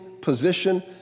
position